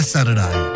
Saturday